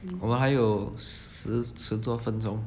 我们还有十十多分钟